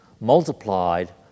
multiplied